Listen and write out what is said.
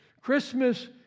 Christmas